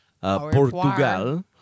Portugal